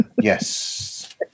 Yes